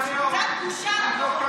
קצת בושה.